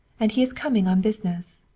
and he is coming on business.